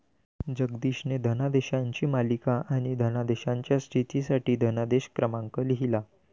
जगदीशने धनादेशांची मालिका आणि धनादेशाच्या स्थितीसाठी धनादेश क्रमांक लिहिला